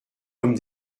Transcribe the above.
comme